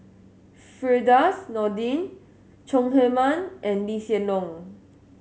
Firdaus Nordin Chong Heman and Lee Hsien Loong